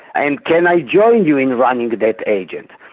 and can i join you in running that agent?